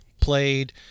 played